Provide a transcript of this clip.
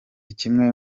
kimwe